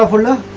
ah dollar